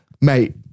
mate